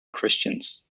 christians